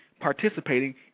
participating